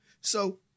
So-